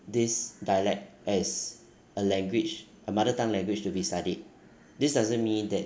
this dialect as a language a mother tongue language to be studied this doesn't mean that